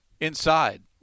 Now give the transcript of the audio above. inside